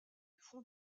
front